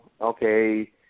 Okay